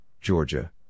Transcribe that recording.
Georgia